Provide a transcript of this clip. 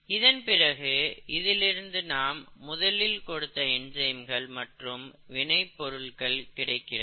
இதன்பிறகு இதிலிருந்து நாம் முதலில் கொடுத்த என்சைம்கள் மற்றும் விளைபொருள் கிடைக்கிறது